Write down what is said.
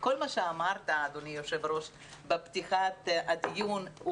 וכל מה שאמרת אדוני יו"ר בפתיחת הדיון הוא